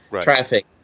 traffic